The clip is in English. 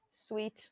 Sweet